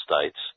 states